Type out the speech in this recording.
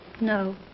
No